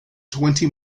twenty